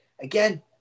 again